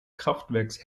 kraftwerks